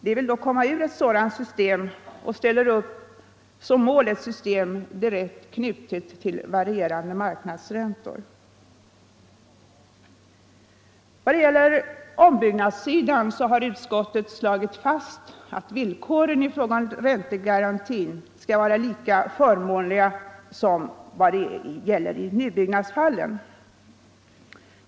De vill dock komma ur ett sådant system och ställer upp som mål ett system, På ombyggnadssidan har utskottet slagit fast att villkoren i fråga om räntegarantin skall vara lika förmånliga som i nybyggnadsfallen.